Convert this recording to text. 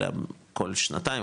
אלא כל שנתיים,